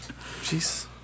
Jeez